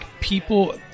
people